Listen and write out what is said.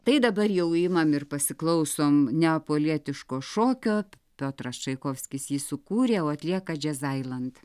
tai dabar jau imam ir pasiklausom neapolietiško šokio piotras čaikovskis jį sukūrė o atlieka džezailand